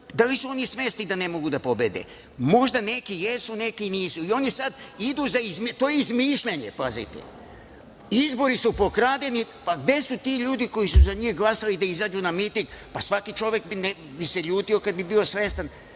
da li su oni svesni da ne mogu da pobede? Možda neki jesu, neki nisu i oni sad idu, to izmišljanje, to je izmišljanje pazite. Izbori su pokradeni, pa gde su ti ljudi koji su za njih glasali da izađu na miting? Pa, svaki čovek bi se ljutio kad bi bio svestan